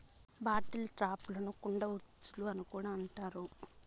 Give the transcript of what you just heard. bottle ట్రాప్లను కుండ ఉచ్చులు అని కూడా అంటారు